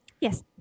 Yes